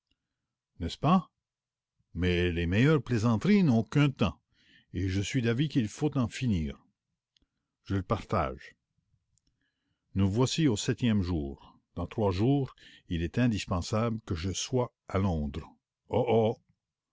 d'avis qu'il faut en finir nous voici au septième jour dans trois jours il est indispensable que je sois à londres oh oh